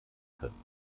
können